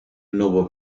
novo